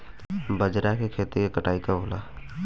बजरा के खेती के कटाई कब होला?